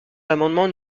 l’amendement